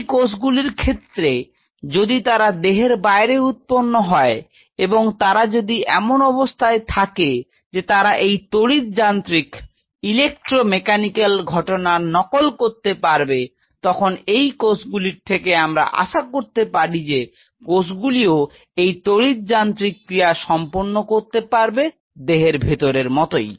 এই কোষগুলির ক্ষেত্রে যদি তারা দেহের বাইরে উৎপন্ন হয় এবং তারা যদি এমন অবস্থায় থাকে যে তারা এই তড়িৎ যান্ত্রিক ঘটনার নকল করতে পারবে তখন এই কোষগুলির থেকে আমি আশা করতে পারি যে কোষগুলিও এই তড়িৎ যান্ত্রিক ক্রিয়া সম্পন্ন করতে পারবে দেহের ভিতরের মতই